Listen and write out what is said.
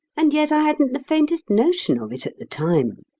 and yet i hadn't the faintest notion of it at the time.